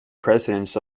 presidents